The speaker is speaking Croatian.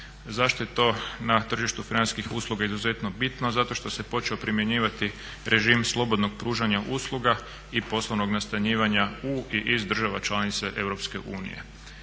Zašto je to na tržištu financijskih usluga izuzetno bitno? Zato što se počeo primjenjivati režim slobodnog pružanja usluga i poslovnog nastanjivanja u i iz država članica EU.